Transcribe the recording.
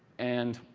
and,